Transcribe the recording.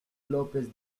lópez